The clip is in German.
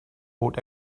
bot